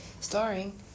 Starring